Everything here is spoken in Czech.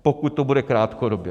Pokud to bude krátkodobě.